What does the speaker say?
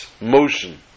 motion